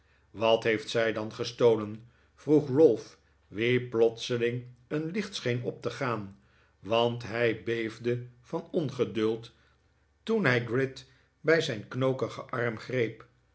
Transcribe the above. wat heeft zij dan gestolen vroeg ralph wien plotseling een licht scheen opte gaan want hij beefde van ongeduld toen hij gride bij zijn knokigen arm greep